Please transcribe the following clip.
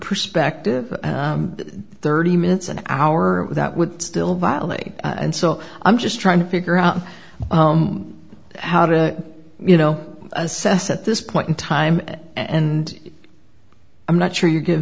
perspective thirty minutes an hour of that would still violate and so i'm just trying to figure out how to you know assess at this point in time and i'm not sure you give